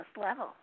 level